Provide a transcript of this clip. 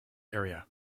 area